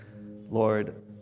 Lord